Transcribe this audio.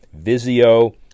Vizio